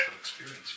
experience